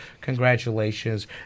congratulations